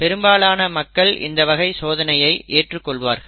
பெரும்பாலான மக்கள் இந்த வகை சோதனையைச் ஏற்றுக் கொள்வார்கள்